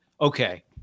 okay